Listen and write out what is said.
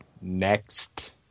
next